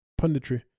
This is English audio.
Punditry